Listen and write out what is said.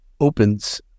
opens